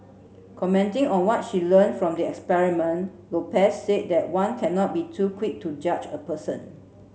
commenting on what she learnt from the experiment Lopez said that one cannot be too quick to judge a person